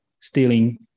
stealing